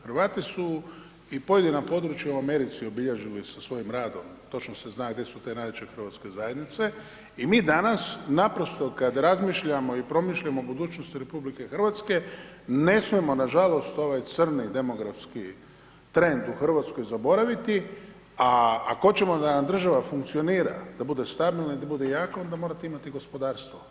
Hrvati su i pojedina područja u Americi obilježili sa svojim radom, točno se zna gdje su te najjače hrvatske zajednice i mi danas naprosto kad razmišljamo i promišljamo o budućnosti RH, ne smijemo nažalost ovaj crni demografski trend u Hrvatskoj zaboraviti, a ako hoćemo da nam država funkcionira, da bude stabilna i da bude jaka, onda morate imati gospodarstvo.